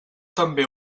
també